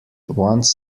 wants